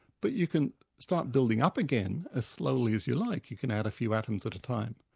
but you can start building up again, as slowly as you like. you can add a few atoms at a time,